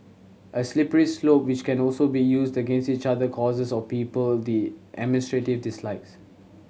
a slippery slope which can also be used against each other causes or people the administrative dislikes